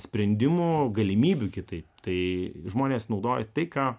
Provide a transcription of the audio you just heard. sprendimo galimybių kitai tai žmonės naudoja tai ką